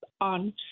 on